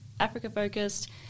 Africa-focused